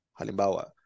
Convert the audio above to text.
halimbawa